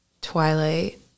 Twilight